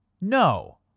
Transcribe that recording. No